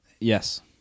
Yes